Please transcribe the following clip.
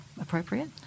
appropriate